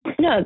No